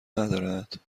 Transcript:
ندارد